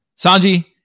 Sanji